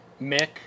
Mick